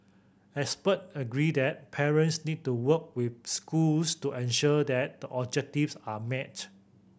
expert agree that parents need to work with schools to ensure that the objectives are met